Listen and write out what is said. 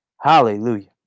Hallelujah